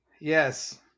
Yes